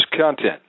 content